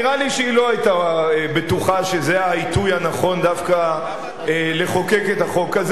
נראה לי שהיא לא היתה בטוחה שזה העיתוי הנכון דווקא לחוקק את החוק הזה.